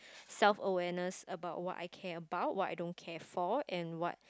self awareness about what I care about what I don't care for and what